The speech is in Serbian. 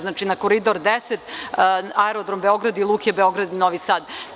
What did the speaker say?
Znači, na Koridor 10, Aerodrom Beograd i luke Beograd – Novi Sad.